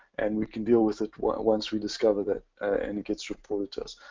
and we can deal with it once once we discover that, and it gets reported to us.